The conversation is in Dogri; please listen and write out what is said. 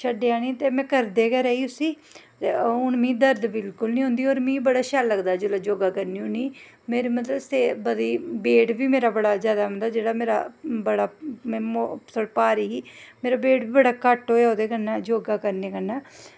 छड़ेआ निं ते में करदी गै रेही उस्सी ते हून मिगी दर्द बिल्कुल निं होंदी ते होर मिगी बड़ा शैल लगदा जिसलै योगा करनी होन्नी मतलब मेरे वेट बी मतलब बड़ा जादा बड़ा थोह्ड़ी भारी ही मेरा बेट बी बड़े घट्ट होया ओह्दे कन्नै योगा करने कन्नै